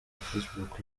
facebook